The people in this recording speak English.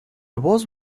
was